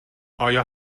آیا